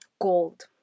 gold